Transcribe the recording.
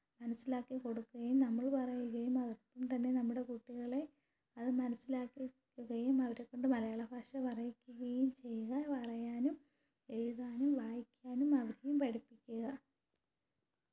മനസ്സിലാക്കി കൊടുക്കുകയും നമ്മൾ പറയുകയും അതോടൊപ്പം തന്നെ നമ്മുടെ കുട്ടികളെ അത് മനസ്സിലാക്കി കൊടുക്കുകയും അവരെക്കൊണ്ട് മലയാളഭാഷ പറയിപ്പിക്കുകയും ചെയ്യുക പറയാനും എഴുതാനും വായിക്കാനും അവരെയും പഠിപ്പിക്കുക